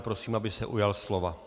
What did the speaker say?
Prosím, aby se ujal slova.